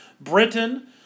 Britain